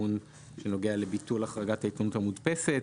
התיקון שנוגע לביטול החרגת העיתונות המודפסת.